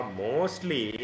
mostly